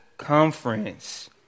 conference